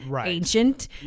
ancient